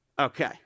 Okay